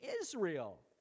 Israel